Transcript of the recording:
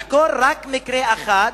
לחקור רק מקרה אחד,